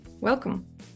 Welcome